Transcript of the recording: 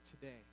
today